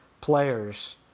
players